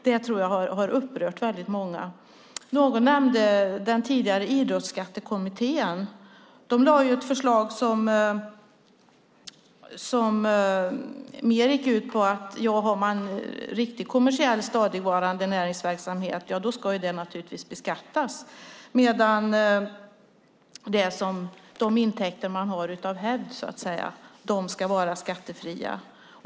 Det tror jag har upprört väldigt många. Någon nämnde den tidigare Idrottsskattekommittén. De lade fram ett förslag som mer gick ut på att om man har riktig kommersiell, stadigvarande näringsverksamhet ska den naturligtvis beskattas, medan de intäkter man har av hävd ska vara skattefria.